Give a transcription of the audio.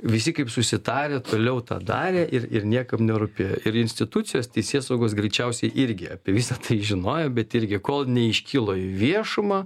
visi kaip susitarę toliau tą darė ir ir niekam nerūpėjo ir institucijos teisėsaugos greičiausiai irgi apie visa tai žinojo bet irgi kol neiškilo į viešumą